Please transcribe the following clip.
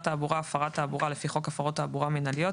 תעבורה הפרת תעבורה לפי חוק הפרות תעבורה מינהליות,